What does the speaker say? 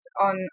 on